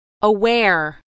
aware